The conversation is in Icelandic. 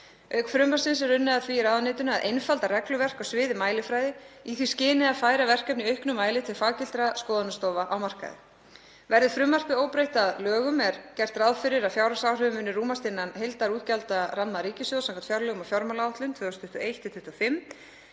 Auk frumvarpsins er unnið að því í ráðuneytinu að einfalda regluverk á sviði mælifræði í því skyni að færa verkefni í auknum mæli til faggiltra skoðunarstofa á markaði. Verði frumvarpið óbreytt að lögum er gert ráð fyrir að fjárhagsáhrif muni rúmast innan heildarútgjaldaramma ríkissjóðs samkvæmt fjárlögum og fjármálaáætlun 2021–2025